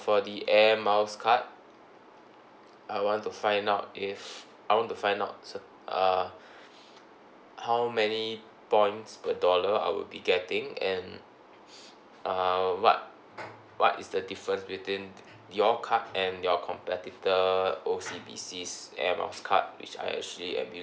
for the Air Miles card I want to find out if I want to find out cer~ uh how many points per dollar I will be getting and uh what what is the difference between your card and your competitor O_C_B_C's Air Miles card which I actually